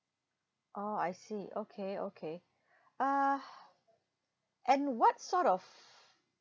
oh I see okay okay uh and what sort of